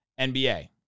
nba